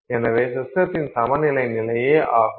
எனவே சிஸ்டத்தின் சமநிலை நிலையே ஆகும்